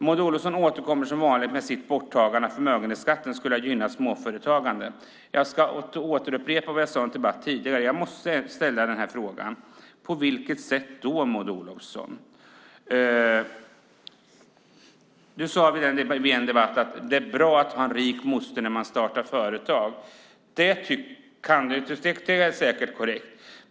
Maud Olofsson återkommer som vanligt till att borttagandet av förmögenhetsskatten skulle ha gynnat småföretagandet. Jag ska upprepa vad jag sade i en debatt tidigare. Jag måste fråga: På vilket sätt, Maud Olofsson? Du sade vid en debatt att det är bra att ha en rik moster när man startar företag. Det är säkert korrekt.